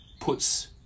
puts